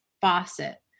faucet